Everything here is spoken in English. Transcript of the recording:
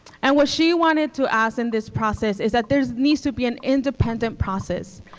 and what she wanted to ask in this process is that there needs to be an independent process.